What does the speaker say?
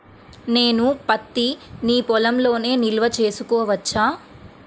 నేను పత్తి నీ పొలంలోనే నిల్వ చేసుకోవచ్చా?